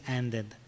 ended